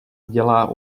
dělá